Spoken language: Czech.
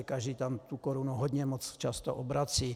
Každý tam tu korunu hodně často obrací.